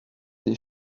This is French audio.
des